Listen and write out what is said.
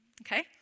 okay